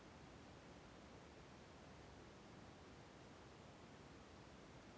ಸಾಲದ ರೊಕ್ಕ ಬಂದಾಗ ಮೊದಲ ಕಂತನ್ನು ಅದೇ ತಿಂಗಳಿಂದ ಕಟ್ಟಬೇಕಾ?